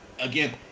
Again